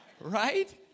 Right